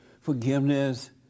forgiveness